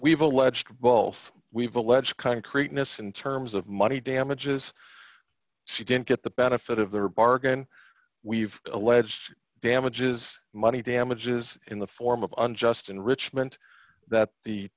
we've alleged balls we've alleged concreteness in terms of money damages she didn't get the benefit of their bargain we've alleged damages money damages in the form of unjust enrichment that the